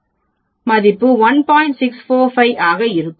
645 ஆக இருக்கும்